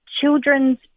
children's